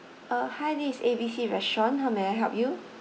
uh hi this is A B C restaurant how may I help you